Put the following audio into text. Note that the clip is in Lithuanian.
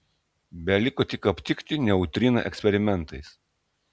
beliko tik aptikti neutriną eksperimentais